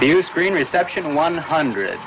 you screen reception one hundred